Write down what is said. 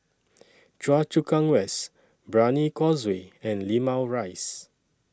Choa Chu Kang West Brani Causeway and Limau Rise